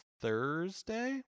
Thursday